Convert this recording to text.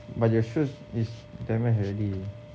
but your shoes is damaged already